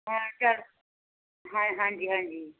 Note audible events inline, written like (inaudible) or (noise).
(unintelligible) ਹਾਂਜੀ ਹਾਂਜੀ